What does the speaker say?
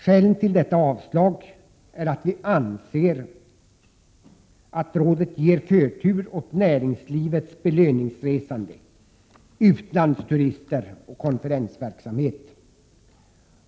Skälet till detta avslag är att vi anser att rådet ger förtur åt näringslivets belöningsresande, utlandsturister och konferensverksamhet.